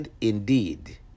indeed